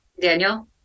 daniel